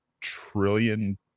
trillion